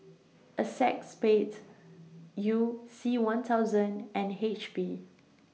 ACEXSPADE YOU C one thousand and H P